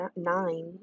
nine